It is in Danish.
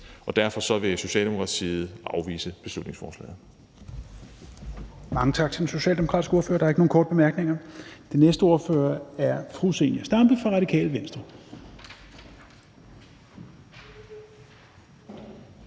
Derfor vil Socialdemokratiet afvise beslutningsforslaget.